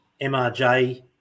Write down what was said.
MRJ